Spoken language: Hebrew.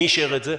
מי אישר את זה?